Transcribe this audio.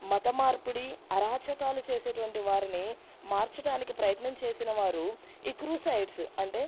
మతమార్పిడి అరాచకాలు చేసేటువంటి వారిని మార్చటానికి ప్రయత్నం చేసిన వారు ఈ క్రూసైడ్స్ అంటే